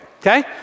okay